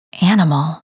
animal